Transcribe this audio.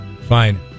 Fine